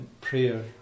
prayer